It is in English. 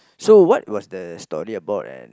so what was the story about and